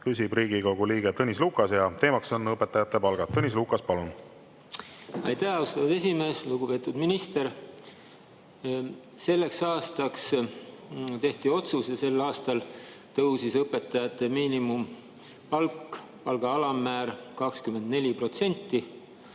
küsib Riigikogu liige Tõnis Lukas ja teema on õpetajate palgad. Tõnis Lukas, palun! Aitäh, austatud esimees! Lugupeetud minister! Selleks aastaks tehti otsus ja sel aastal tõusis õpetajate miinimumpalk, palga alammäär 24%.